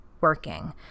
working